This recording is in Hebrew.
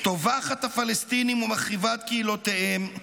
טובחת הפלסטינים ומחריבת קהילותיהם,